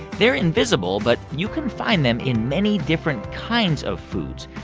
they're invisible, but you can find them in many different kinds of foods.